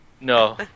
No